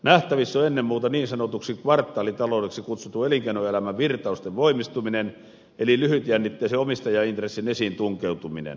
nähtävissä on ennen muuta niin sanotuksi kvartaalitaloudeksi kutsutun elinkeinoelämän virtausten voimistuminen eli lyhytjännitteisen omistajaintressin esiin tunkeutuminen